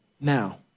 Now